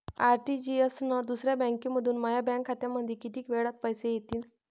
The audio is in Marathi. आर.टी.जी.एस न दुसऱ्या बँकेमंधून माया बँक खात्यामंधी कितीक वेळातं पैसे येतीनं?